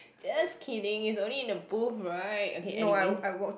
just kidding it's only in the booth right okay anyway